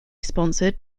sponsored